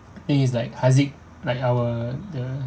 think is like haziq like our the